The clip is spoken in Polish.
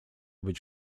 być